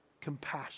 Compassion